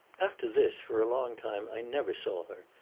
after this, for a long time, i never saw her,